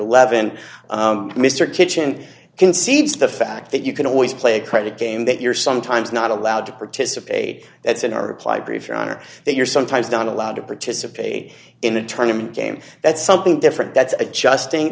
eleven mr kitchen concedes the fact that you can always play a credit game that you're sometimes not allowed to participate that's in our reply brief your honor that you're sometimes done allowed to participate in the tournaments game that's something different that's adjusting